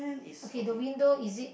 okay the window is it